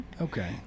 okay